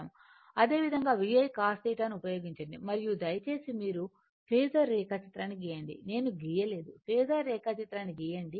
అదేవిధంగా VI cos θ ను ఉపయోగించండి మరియు దయచేసి మీరు ఫేసర్ రేఖా చిత్రాన్ని గీయండి నేను గీయలేదు ఫేసర్ రేఖాచిత్రాన్ని గీయండి